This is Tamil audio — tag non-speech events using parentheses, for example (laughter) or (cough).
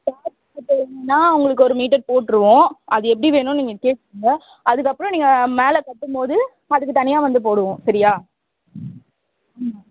(unintelligible) உங்களுக்கு ஒரு மீட்டர் போட்டிருவோம் அது எப்படி வேணும்னு நீங்கள் கேட்டுக்கோங்க அதுக்கப்புறோம் நீங்கள் மேலே கட்டும்போது அதுக்கு தனியாக வந்து போடுவோம் சரியா ம்